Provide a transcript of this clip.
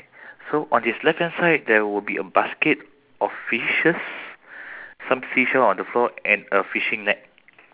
then on top of the fishing net will be um three seahorses and one fish in the center of the picture